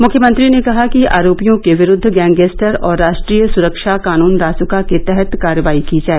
मुख्यमंत्री ने कहा कि आरोपियों के विरूद्व गैंगस्टर और राष्ट्रीय सुरक्षा कानून रासुका के तहत कार्यवाही की जाए